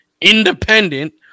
independent